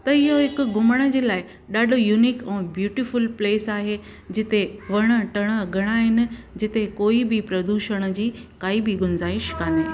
त इहो हिकु घुमण जे लाइ ॾाढो यूनिक ऐं ब्यूटीफुल प्लेस आहे जिते वण टण घणा आहिनि जिते कोई बि प्रदूषण जी काई बि गुंजाईश कोन्हे जूं